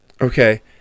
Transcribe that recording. Okay